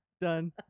Done